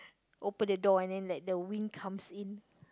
open the door and then let the wind comes in